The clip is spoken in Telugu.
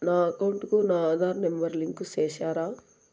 నా అకౌంట్ కు నా ఆధార్ నెంబర్ లింకు చేసారా